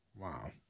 Wow